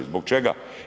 Zbog čega?